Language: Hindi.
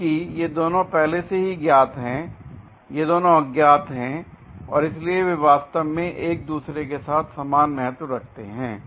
चूंकि ये दोनों पहले से ही ज्ञात हैं ये दोनों अज्ञात हैं और इसलिए वे वास्तव में एक दूसरे के साथ समान महत्व रखते हैं